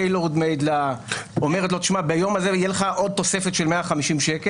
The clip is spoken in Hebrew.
tailor-made ואמרה: ביום הזה תהיה לך תוספת של עוד 150 שקל,